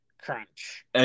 crunch